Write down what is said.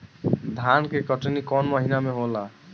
धान के कटनी कौन महीना में होला?